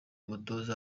mutoza